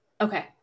Okay